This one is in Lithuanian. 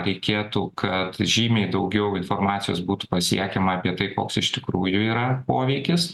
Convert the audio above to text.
reikėtų kad žymiai daugiau informacijos būtų pasiekiama apie tai koks iš tikrųjų yra poveikis